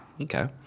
Okay